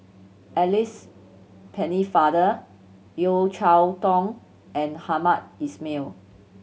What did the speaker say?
Alice Pennefather Yeo Cheow Tong and Hamed Ismail